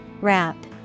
Wrap